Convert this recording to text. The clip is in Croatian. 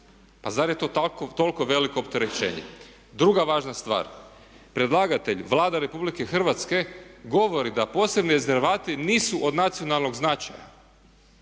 pa zar je toliko veliko opterećenje. Druga važna stvar, predlagatelj Vlada RH govori da posebni rezervati nisu od nacionalnog značaja.